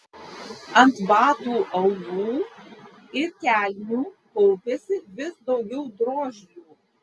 ant batų aulų ir kelnių kaupėsi vis daugiau drožlių